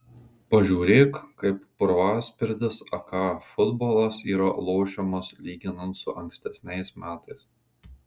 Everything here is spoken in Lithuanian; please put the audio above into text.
pažiūrėk kaip purvaspirdis aka futbolas yra lošiamas lyginant su ankstesniais metais